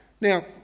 now